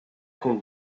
compte